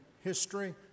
history